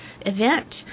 event